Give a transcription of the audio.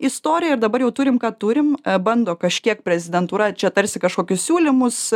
istoriją ir dabar jau turim ką turim bando kažkiek prezidentūra čia tarsi kažkokius siūlymus